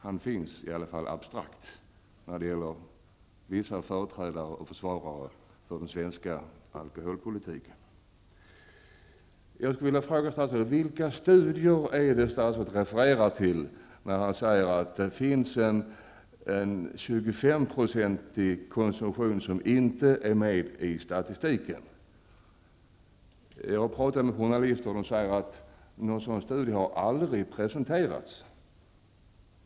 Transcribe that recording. Han finns i alla fall abstrakt när det gäller vissa företrädare för och försvarare av den svenska alkoholpolitiken. 25-procentig konsumtion som inte är med i statistiken? Jag har pratat med journalister som säger att någon sådan studie aldrig har presenterats.